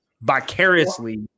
Vicariously